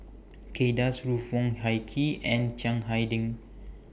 Kay Das Ruth Wong Hie King and Chiang Hai Ding